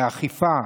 באכיפה,